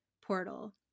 portal